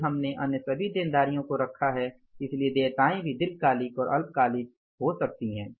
फिर हमने अन्य सभी देनदारियों को रखा है इसलिए देयताएं भी दीर्घकालिक और अल्पकालिक भी हो सकती हैं